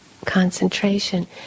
concentration